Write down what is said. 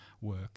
work